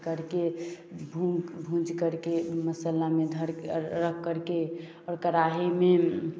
अथी करके भूंज करके मसाला में धर रख करके और कढ़ाई में